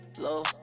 low